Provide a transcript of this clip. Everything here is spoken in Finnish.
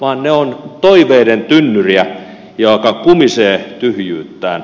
ne ovat toiveiden tynnyriä joka kumisee tyhjyyttään